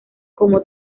como